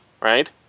right